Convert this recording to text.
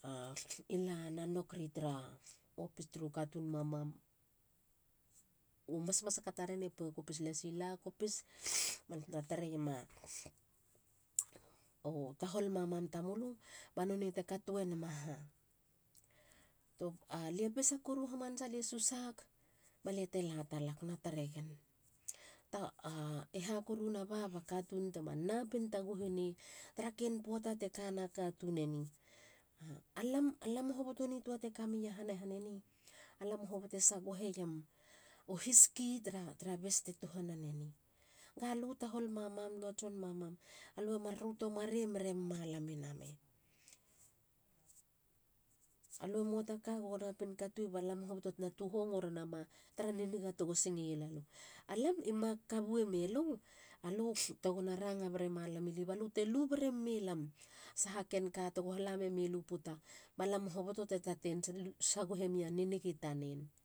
balia na knock ria tara office turu katun mamam. u masmasaka taren e to kopis lasi. la kopis. balte tareiema a tahol mamam tamulu. ba nonei te katuenama ha? Alia pesa koru. lia hamanasa. lie susak baliate la talag. na taregen. ta. ah. e ha korunaba ba katun tema napin taguhunei tara ken poata te kana katun eni?A. alam. alam hoboton tua te kami iahana han eni. alam hobote sagoheiem u hiski tara bes te tuhana neni. Galu tahol mamam no tson mamam. alu e mar ruto marei mere malami mei? Alui mua taka go napin kati. balam hoboto tu hongo renama tara ni niga tego singeiela lu. Alam i mak kabuei lu. alu tego na ranga berema lamili balute lu bereme lam sahaken ka tego hala memelu puta. ba lam hoboto te taten sagohe mi a ni niga tanen,